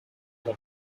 one